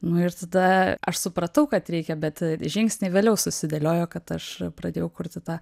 nu ir tada aš supratau kad reikia bet žingsniai vėliau susidėliojo kad aš pradėjau kurti tą